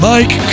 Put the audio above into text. Mike